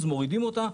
אז מורידים אותה,